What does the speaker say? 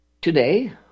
today